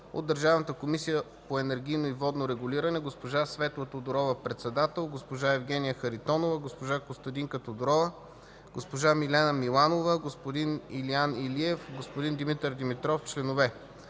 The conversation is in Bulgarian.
от Държавната комисия по енергийно и водно регулиране: госпожа Светла Тодорова – председател, госпожа Евгения Харитонова, госпожа Костадинка Тодорова, госпожа Милена Миланова, господин Илиян Илиев, господин Димитър Димитров – членове;